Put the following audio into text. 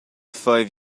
five